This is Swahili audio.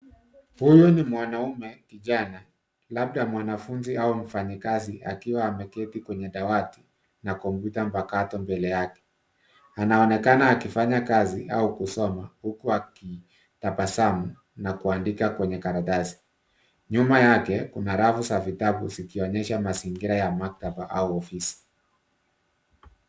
Huyu ni mwanaume kijana, labda mwanafunzi au mfanyakazi akiwa ameketi kwenye dawati na kompyuta mpakato mbele yake. Anaonekana akifanya kazi au kusoma huku akitabasamu na kuandika kwenye karatasi. Nyuma yake kuna rafu za vitabu zikionyesha mazingira ya maktaba au ofisi.